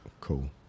cool